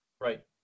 Right